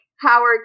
Howard